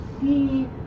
see